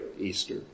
Easter